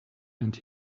and